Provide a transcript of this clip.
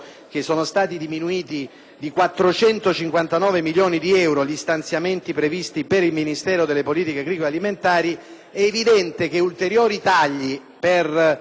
di 459 milioni di euro gli stanziamenti previsti per il Ministero delle politiche agricole - è evidente che ulteriori tagli per riuscire a coprire